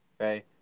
Okay